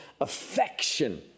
affection